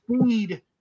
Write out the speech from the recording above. speed